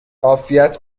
عافیت